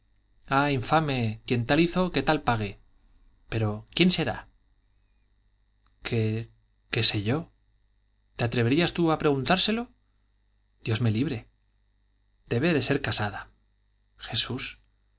ah infame quien tal hizo que tal pague pero quién será qué sé yo te atreverías tú a preguntárselo dios me libre debe de ser casada jesús